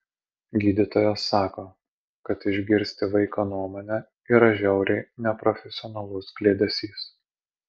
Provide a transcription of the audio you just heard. gydytojas sako kad išgirsti vaiko nuomonę yra žiauriai neprofesionalus kliedesys